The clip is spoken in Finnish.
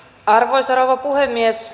arvoisa rouva puhemies